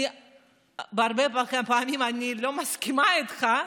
הרבה פעמים אני לא מסכימה איתך,